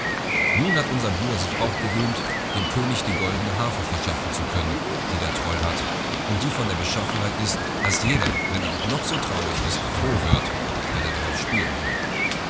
nun hat unser bruder sich auch gerühmt dem könig die goldne harfe verschaffen zu können die der troll hat und die von der beschaffenheit ist daß jeder wenn er auch noch so traurig ist froh wird wenn er darauf spielen hört